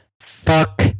Fuck